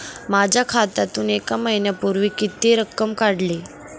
माझ्या खात्यातून एक महिन्यापूर्वी किती रक्कम काढली?